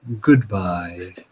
Goodbye